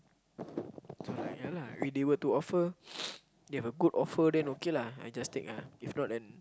if they were to offer they have a good offer then okay lah I just take lah